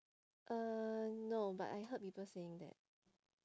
uh no but I heard people saying that